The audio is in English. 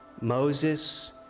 Moses